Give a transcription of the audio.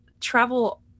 travel